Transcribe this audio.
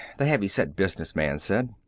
the heavy-set business man said.